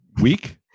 Week